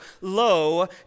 lo